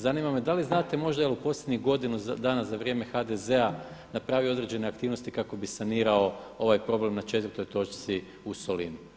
Zanima me da li znate možda jel' u posljednjih godinu dana za vrijeme HDZ-a napravio određene aktivnosti kako bi sanirao ovaj problem na četvrtoj točci u Solinu?